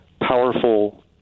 powerful